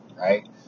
right